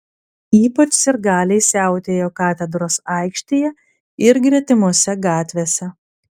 ypač sirgaliai siautėjo katedros aikštėje ir gretimose gatvėse